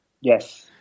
Yes